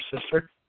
sister